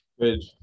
Good